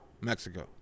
Mexico